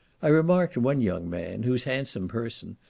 i remarked one young man, whose handsome person,